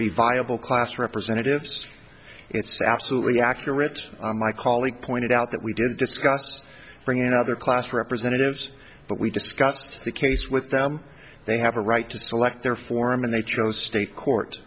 be viable class representatives it's absolutely accurate my colleague pointed out that we did discuss bringing another class representatives but we discussed the case with them they have a right to select their forum and they chose state court